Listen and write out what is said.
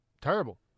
terrible